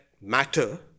matter